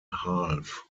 half